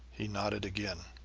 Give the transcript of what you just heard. he nodded again.